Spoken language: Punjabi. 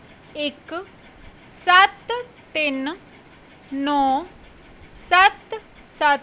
ਇੱਕ ਸੱਤ ਤਿੰਨ ਨੌਂ ਸੱਤ ਸੱਤ